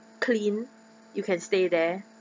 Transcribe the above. clean you can stay there